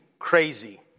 crazy